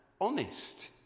honest